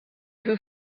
who